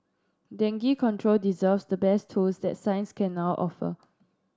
dengue control deserves the best tools that science can now offer